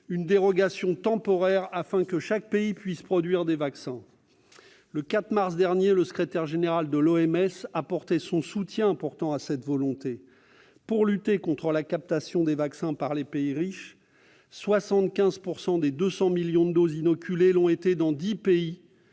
une dérogation temporaire permettant que chaque pays puisse produire des vaccins. Le 4 mars dernier, le secrétaire général de l'OMS apportait son soutien à cette volonté de lutter contre la captation des vaccins par les pays riches : 75 % des 200 millions de doses inoculées l'ont été dans 10 pays,